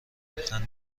لبخند